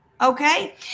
okay